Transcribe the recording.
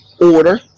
order